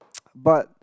but